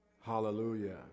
Hallelujah